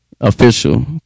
Official